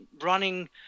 running